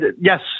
yes